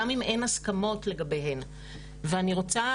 גם אם אין הסכמות לגביהן ואני רוצה,